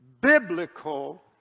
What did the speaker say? biblical